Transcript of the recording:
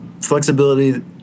flexibility